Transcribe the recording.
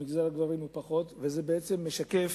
במגזר הגברים היא פחות, וזה בעצם משקף